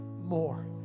more